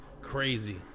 crazy